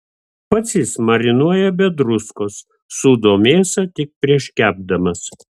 pats jis marinuoja be druskos sūdo mėsą tik prieš kepdamas